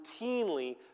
routinely